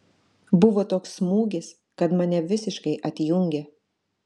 buvo toks smūgis kad mane visiškai atjungė